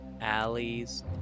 alleys